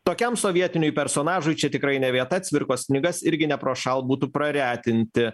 tokiam sovietiniui personažui čia tikrai ne vieta cvirkos knygas irgi neprošal būtų praretinti